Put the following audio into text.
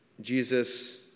Jesus